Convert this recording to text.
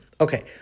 Okay